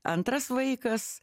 antras vaikas